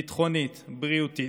ביטחונית, בריאותית,